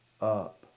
up